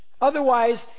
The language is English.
Otherwise